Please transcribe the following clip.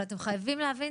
אבל אתם חייבים להבין